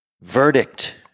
Verdict